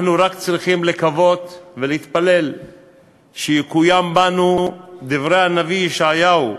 אנחנו רק צריכים לקוות ולהתפלל שיקוימו בנו דברי הנביא ישעיהו: